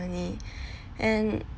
harmony and